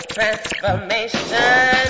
Transformation